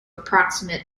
approximate